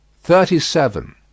Thirty-seven